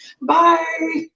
Bye